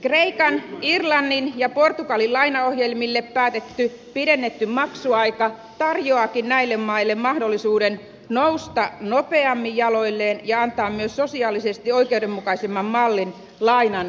kreikan irlannin ja portugalin lainaohjelmille päätetty pidennetty maksuaika tarjoaakin näille maille mahdollisuuden nousta nopeammin jaloilleen ja antaa myös sosiaalisesti oikeudenmukaisemman mallin lainan takaisin maksamiselle